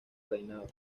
reinado